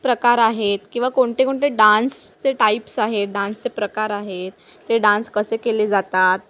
प्रकार आहेत किंवा कोणते कोणते डान्सचे टाईप्स आहेत डान्सचे प्रकार आहेत ते डान्स कसे केले जातात